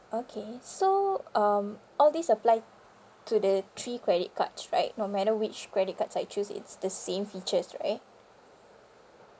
okay so um all these apply to the three credit cards right no matter which credit cards I choose it's the same features right